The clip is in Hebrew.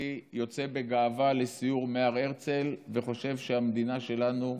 אני יוצא בגאווה לסיור בהר הרצל וחושב שהמדינה שלנו,